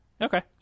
Okay